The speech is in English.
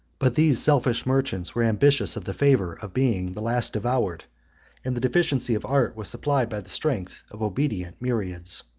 but these selfish merchants were ambitious of the favor of being the last devoured and the deficiency of art was supplied by the strength of obedient myriads.